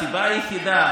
הסיבה היחידה,